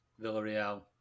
Villarreal